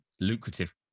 lucrative